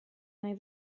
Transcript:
nahi